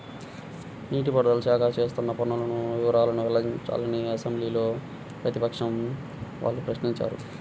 నీటి పారుదల శాఖ చేస్తున్న పనుల వివరాలను వెల్లడించాలని అసెంబ్లీలో ప్రతిపక్షం వాళ్ళు ప్రశ్నించారు